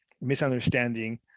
misunderstanding